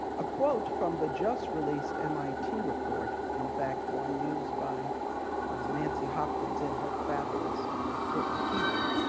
a quote from the just released mit report, in fact, one used by nancy hopkins in her fabulous and important keynote,